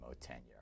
tenure